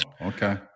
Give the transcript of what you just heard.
Okay